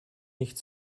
nicht